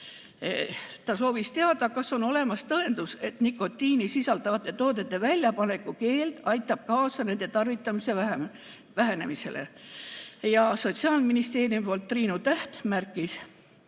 Ta soovis teada, kas on olemas tõendus, et nikotiini sisaldavate toodete väljapaneku keeld aitab kaasa nende tarvitamise vähenemisele. Sotsiaalministeeriumi poolt Triinu Täht märkis,